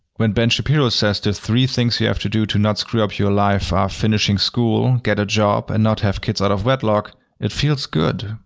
when ben shapiro says the three things you have to do to not screw up your life are finish school, get a job, and not have kids out of wedlock it feels good.